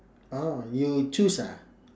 oh you choose ah